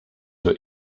were